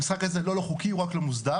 המשחק הזה הוא לא לא-חוקי הוא רק לא מוסדר,